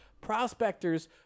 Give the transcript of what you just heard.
prospectors